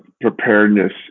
preparedness